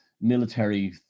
military